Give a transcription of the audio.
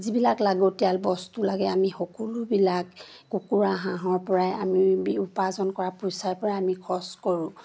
যিবিলাক লাগতিয়াল বস্তু লাগে আমি সকলোবিলাক কুকুৰা হাঁহৰপৰাই আমি উপাৰ্জন কৰা পইচাৰপৰাই আমি খৰচ কৰোঁ